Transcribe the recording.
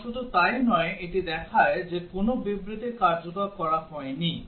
এবং শুধু তাই নয় এটি দেখায় যে কোন বিবৃতি কার্যকর করা হয়নি